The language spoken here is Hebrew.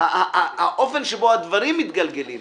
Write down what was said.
האופן שבו הדברים מתגלגלים